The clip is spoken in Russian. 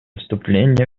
вступление